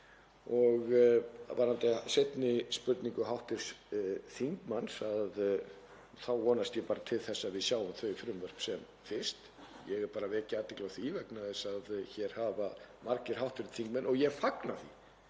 gert. Varðandi seinni spurningu hv. þingmanns þá vonast ég bara til þess að við sjáum þau frumvörp sem fyrst. Ég er bara að vekja athygli á því vegna þess að hér hafa margir hv. þingmenn — og ég fagna því